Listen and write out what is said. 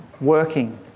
working